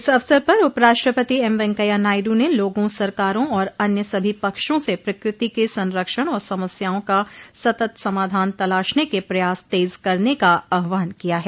इस अवसर पर उपराष्ट्रपति एम वेंकैया नायड् ने लोगों सरकारों और अन्य सभी पक्षों से प्रकृति के संरक्षण और समस्याओं का सतत समाधान तलाशने के प्रयास तेज करने का आह्वान किया है